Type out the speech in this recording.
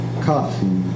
Coffee